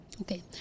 Okay